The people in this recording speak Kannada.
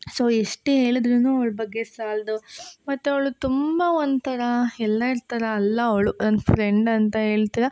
ಸೊ ಎಷ್ಟೇ ಹೇಳಿದ್ರೂ ಅವ್ಳ ಬಗ್ಗೆ ಸಾಲದು ಮತ್ತು ಅವಳು ತುಂಬ ಒಂಥರ ಎಲ್ಲರ ಥರ ಅಲ್ಲ ಅವಳು ನನ್ನ ಫ್ರೆಂಡ್ ಅಂತ ಹೇಳ್ತಿಲ್ಲ